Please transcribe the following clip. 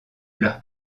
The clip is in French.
leur